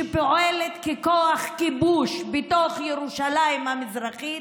שפועלת ככוח כיבוש בתוך ירושלים המזרחית,